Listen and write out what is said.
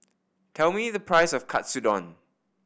tell me the price of Katsudon